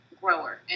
grower